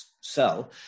sell